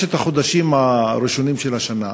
שבחמשת החודשים הראשונים של שנת